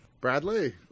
bradley